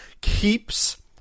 Keeps